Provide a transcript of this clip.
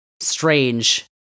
Strange